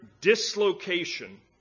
dislocation